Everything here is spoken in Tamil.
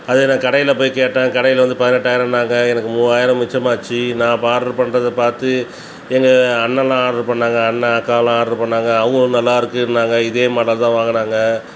அது நான் கடையில் போய் கேட்டேன் கடையில வந்து பதினெட்டாயிரம்ன்னாங்க எனக்கு மூவாயிரம் மிச்சம்மாச்சு நான் ஆர்டர் பண்ணுறதை பார்த்து எங்கள் அண்ணாலாம் ஆர்டர் பண்ணாங்கள் அண்ணன் அக்காலாம் ஆர்டர் பண்ணாங்கள் அவங்களும் நல்லாருக்குன்னாங்க இதே மாடல் தான் வாங்குனாங்க